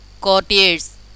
courtiers